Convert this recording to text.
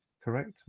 correct